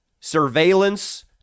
surveillance